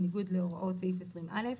בניגוד להוראות סעיף 20(א).